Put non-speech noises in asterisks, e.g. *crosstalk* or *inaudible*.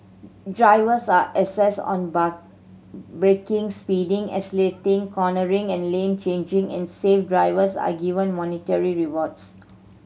drivers are assessed on *unintelligible* braking speeding accelerating cornering and lane changing and safe drivers are given monetary rewards